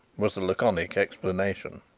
was the laconic explanation.